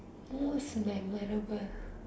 most memorable